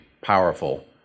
powerful